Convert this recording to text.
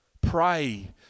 pray